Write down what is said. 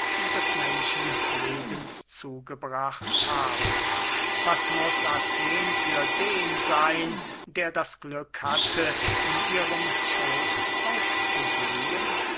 des menschenlebens zugebracht haben was muß athen für den seyn der das glück hatte in ihrem schoß aufzublühen